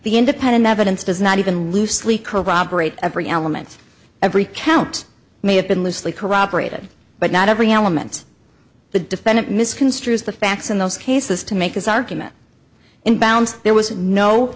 the independent evidence does not even loosely corroborate every element every count may have been loosely corroborated but not every element the defendant misconstrues the facts in those cases to make his argument inbounds there was no